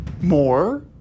More